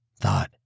thought